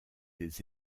des